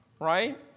right